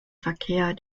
verkehr